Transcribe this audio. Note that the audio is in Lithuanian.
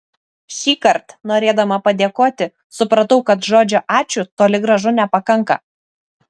šįkart norėdama padėkoti supratau kad žodžio ačiū toli gražu nepakanka